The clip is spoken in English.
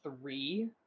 three